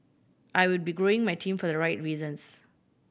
I will be growing my team for the right reasons